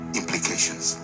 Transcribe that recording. implications